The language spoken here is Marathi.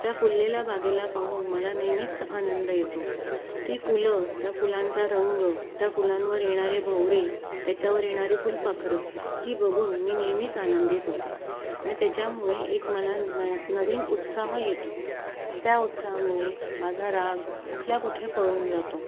त्या फुललेल्या बागेला पाहून मला नेहमीच आनंद येतो ती फुलं त्या फुलांचा रंग त्या फुलांवर येणारे भवरे त्याच्यावर येणारी फुलपाखरं ही बघून मी नेहमीच आनंदित होते आणि त्याच्यामुळे एक मला न नवीन उत्साह येतो त्या उत्साहामुळे माझा राग कुठल्या कुठे पळून जातो